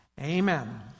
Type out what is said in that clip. Amen